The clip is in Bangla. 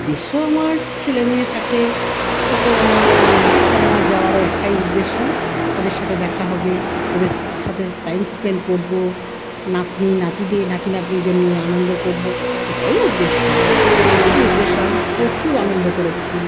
দেশেও আমার ছেলেমেয়ে থাকে ওতো আমার ওখানে আমার যাওয়ারও একটাই উদ্দেশ্য ওদের সাথে দেখা হবে ওদের সাথে টাইম স্পেন্ট করবো নাতনি নাতিদের নাতি নাতনিদের নিয়ে আনন্দ করবো এটাই উদ্দেশ্য আর কী উদ্দেশ্য আর প্রচুর আনন্দ করেছি